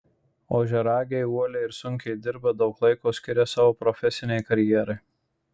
ožiaragiai uoliai ir sunkiai dirba daug laiko skiria savo profesinei karjerai